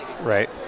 Right